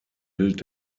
gilt